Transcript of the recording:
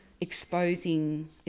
exposing